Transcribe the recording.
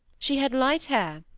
she had light hair,